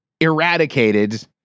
eradicated